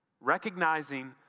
recognizing